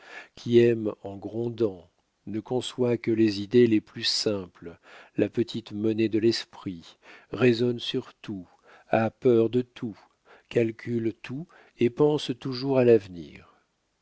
qui aime en grondant ne conçoit que les idées les plus simples la petite monnaie de l'esprit raisonne sur tout a peur de tout calcule tout et pense toujours à l'avenir